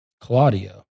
Claudio